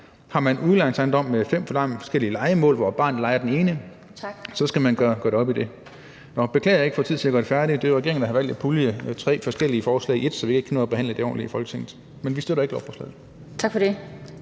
Har man en udlejningsejendom med fem forskellige lejemål, hvoraf ens barn lejer det ene, så skal man gøre det op i det. (Den fg. formand (Annette Lind): Tak!) Jeg beklager, at jeg ikke får tid til at gøre det færdigt. Det er jo regeringen, der har valgt at pulje forskellige forslag i ét, så vi ikke kan nå at behandle det ordentligt i Folketinget.